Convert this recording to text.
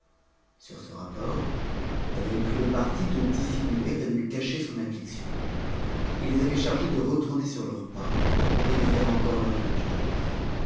sur ce rapport elle avait pris le parti de dissimuler et de cacher son affliction et les avait chargés de retourner sur leurs pas et de faire encore leurs diligences